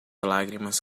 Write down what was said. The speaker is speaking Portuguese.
lágrimas